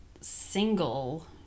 single